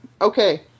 okay